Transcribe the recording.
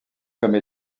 comme